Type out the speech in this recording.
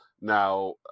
Now